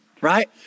right